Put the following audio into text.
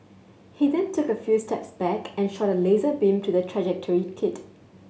he then took a few steps back and shot a laser beam to the trajectory kit